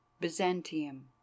Byzantium